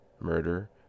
murder